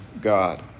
God